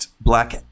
Black